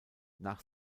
nach